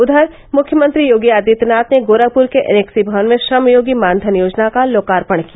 उधर मुख्यमंत्री योगी आदित्यनाथ ने गोरखपुर के एनेक्सी भवन में श्रमयोगी मानधन योजना का लोकार्पण किया